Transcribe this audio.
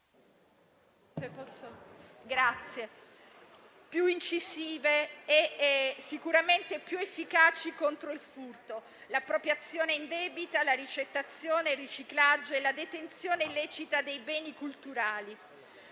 misure più incisive e sicuramente più efficaci contro il furto, l'appropriazione indebita, la ricettazione, il riciclaggio e la detenzione illecita dei beni culturali.